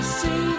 see